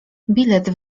bilet